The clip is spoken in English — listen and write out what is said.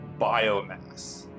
Biomass